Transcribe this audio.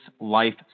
life